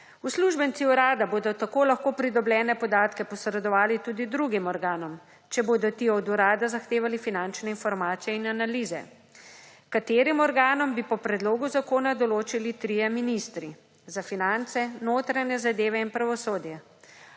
Uslužbenci Urada bodo tako lahko pridobljene podatke posredovali tudi drugim organom, če bodo ti od Urada zahtevali finančne informacije in analize. Katerim organom, bi po predlogu zakona določili trije ministri – za finance, notranje zadeve in pravosodje.